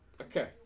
Okay